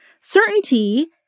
Certainty